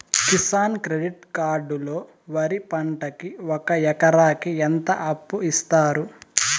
Kisan credit card లో వరి పంటకి ఒక ఎకరాకి ఎంత అప్పు ఇస్తారు?